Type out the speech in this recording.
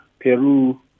Peru